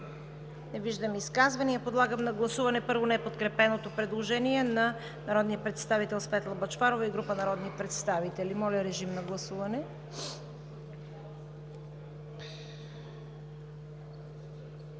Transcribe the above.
Не виждам. Подлагам на гласуване, първо, неподкрепеното предложение на народния представител Светла Бъчварова и група народни представители. (Шум и реплики.) Гласували